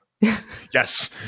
Yes